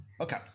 okay